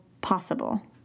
possible